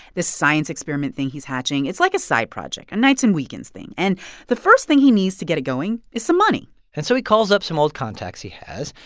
this science experiment thing he's hatching, it's like a side project, a nights and weekends thing. and the first thing he needs to get it going is some money and so he calls up some old contacts he has,